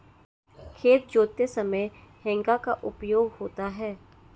खेत जोतते समय हेंगा का उपयोग होता है